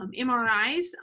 MRIs